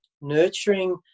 nurturing